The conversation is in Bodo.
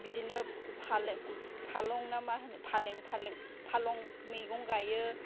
बिदिनो फालें फालं ना मा होनो फालें मैगं गायो